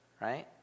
right